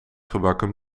gebakken